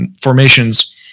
formations